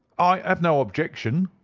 i have no objection,